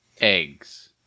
eggs